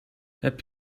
heb